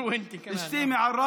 (אומר בערבית: וגם אתה.) אשתי מעראבה.